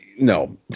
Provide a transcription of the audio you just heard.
No